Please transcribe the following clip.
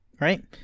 Right